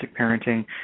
parenting